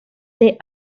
they